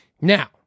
Now